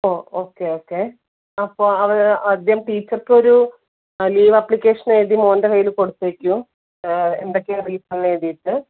ഓ okay okay അപ്പോൾ അവർ ആദ്യം ടീച്ചർക്കൊരു ലീവ് ആപ്ലിക്കേഷൻ എഴുതി മോൻ്റെ കൈയിൽ കൊടുത്തേക്കൂ എന്തൊക്കെയാണ് റീസൺ എന്നെഴുതിയിട്ട്